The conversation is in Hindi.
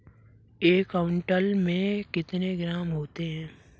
एक क्विंटल में कितने किलोग्राम होते हैं?